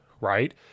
Right